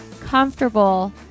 comfortable